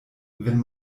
wenn